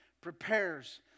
prepares